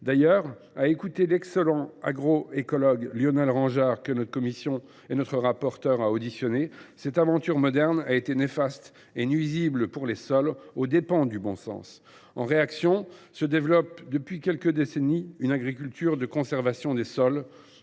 D’ailleurs, à écouter l’excellent écologue Lionel Ranjard, que notre commission a auditionné, cette aventure moderne a été néfaste et nuisible pour les sols, aux dépens du bon sens. En réaction, se développe depuis quelques décennies une agriculture de conservation des sols,